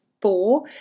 four